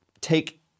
take